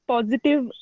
Positive